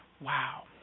Wow